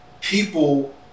people